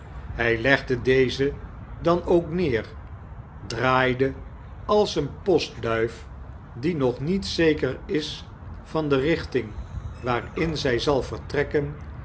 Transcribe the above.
hij legde deze dan ook neer draaide ais een postduif die nog niet zeker is van de richting waarin zij zal vertrekken